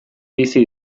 bizi